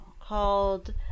called